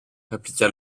répliqua